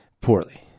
Poorly